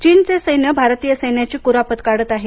चीनचे सैन्य भारतीय सैन्याची कुरापत काढत आहे